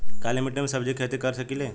काली मिट्टी में सब्जी के खेती कर सकिले?